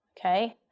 okay